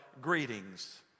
greetings